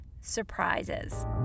surprises